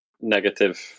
negative